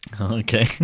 Okay